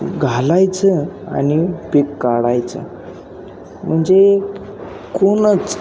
घालायचं आणि पीक काढायचं म्हणजे कोणच